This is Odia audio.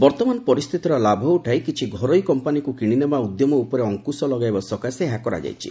ବର୍ଭମାନ ପରିସ୍ଥିତିର ଲାଭ ଉଠାଇ କିଛି ଘରୋଇ କମ୍ପାନିକୁ କିଣିନେବା ଉଦ୍ୟମ ଉପରେ ଅଙ୍କୁଶ ଲଗାଇବା ସକାଶେ ଏହା କରାଯାଇଛି